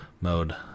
mode